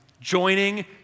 joining